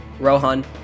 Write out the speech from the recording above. Rohan